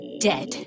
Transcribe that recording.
dead